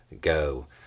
go